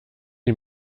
die